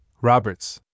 Roberts